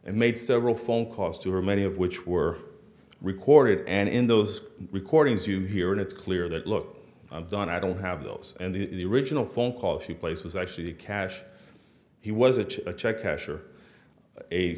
and made several phone calls to her many of which were recorded and in those recordings you hear and it's clear that look i've done i don't have those and the original phone call she placed was actually cash he was a check casher a